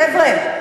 חבר'ה,